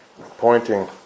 pointing